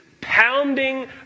pounding